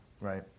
right